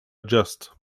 adjust